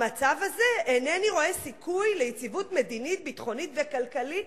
במצב הזה אינני רואה סיכוי ליציבות מדינית ביטחונית וכלכלית,